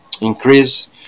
increase